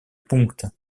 пункта